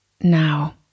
now